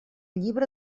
llibre